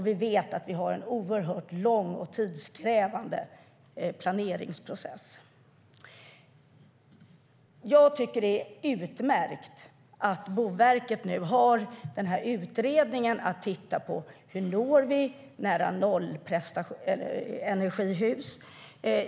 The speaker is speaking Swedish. Vi har en oerhört lång och tidskrävande planeringsprocess. Jag tycker att det är utmärkt att Boverket nu har i uppdrag att göra en utredning om nära-nollenergihus.